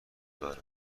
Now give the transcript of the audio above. دارد